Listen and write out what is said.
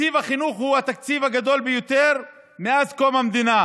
תקציב החינוך הוא התקציב הגדול ביותר מאז קום המדינה.